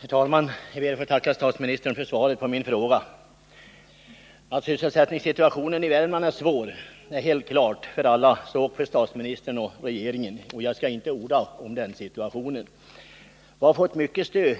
Herr talman! Jag ber att få tacka statsministern för svaret på min fråga. Att sysselsättningssituationen i Värmland är svår står helt klart för alla, så ock för statsministern och regeringen, och jag skall inte orda om den situationen. Vi har i Värmland fått mycket stöd